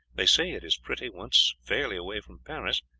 they say it is pretty once fairly away from paris,